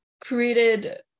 created